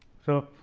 so,